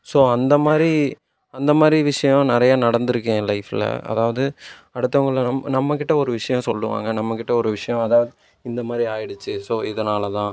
so அந்த மாதிரி அந்த மாதிரி விஷயம் நிறைய நடந்திருக்கு என் லைஃப்பில் அதாவது அடுத்தவங்க நம் நம்ம கிட்ட ஒரு விஷயம் சொல்லுவாங்க நம்ம கிட்டே ஒரு விஷயம் அதாவது இந்த மாதிரி ஆகிடுச்சு ஸோ இதனால் தான்